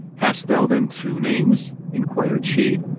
hast thou then two names? enquired she,